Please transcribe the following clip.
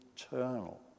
eternal